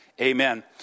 Amen